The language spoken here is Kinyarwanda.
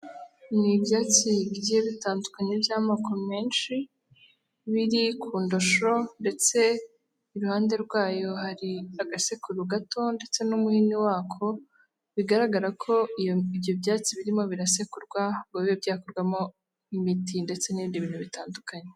Ni ibyatsi bye bitandukanye by'amoko menshi biri kudusho ndetse iruhande rwayo hari agasekuru gato ndetse n'umuhini wako bigaragara ko ibyo byatsi birimo birasekurwa ngo bibe byakorwamo imiti ndetse n'ibindi bintu bitandukanye.